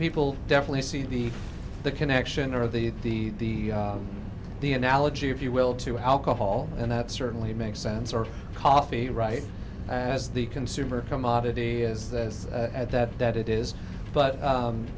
people definitely see the connection or the the the analogy if you will to alcohol and that certainly makes sense or coffee right as the consumer commodity is this at that that it is but